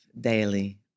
daily